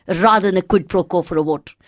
and rather than a quid pro quo for a vote.